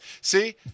see